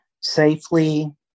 safely